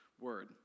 word